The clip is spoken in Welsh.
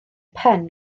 pen